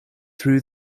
through